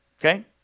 Okay